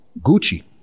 Gucci